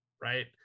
right